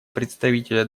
представителя